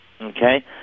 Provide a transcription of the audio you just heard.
okay